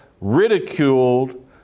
ridiculed